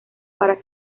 para